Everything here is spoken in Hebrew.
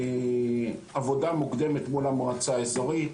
עבודה מוקדמת מול המועצה האזורית,